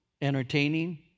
entertaining